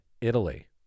Italy